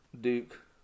Duke